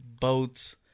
boats